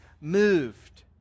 moved